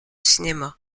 cinéma